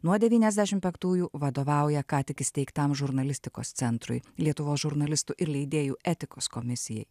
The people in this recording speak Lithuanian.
nuo devyniasdešim penktųjų vadovauja ką tik įsteigtam žurnalistikos centrui lietuvos žurnalistų ir leidėjų etikos komisijai